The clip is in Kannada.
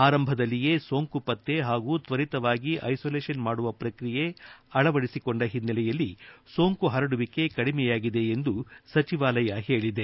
ಆರಂಭದಲ್ಲಿಯೇ ಸೋಂಕು ಪತ್ತೆ ಹಾಗೂ ತ್ವರಿತವಾಗಿ ಐಸೊಲೇಷನ್ ಮಾಡುವ ಪ್ರಕ್ರಿಯೆ ಅಳವಡಿಸಿಕೊಂಡ ಹಿನ್ನೆಲೆಯಲ್ಲಿ ಸೋಂಕು ಪರಡುವಿಕೆ ಕಡಿಮೆಯಾಗಿದೆ ಎಂದು ಸಚಿವಾಲಯ ಹೇಳಿದೆ